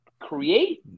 create